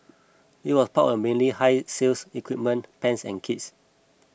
this was power mainly higher sales equipment pans and kits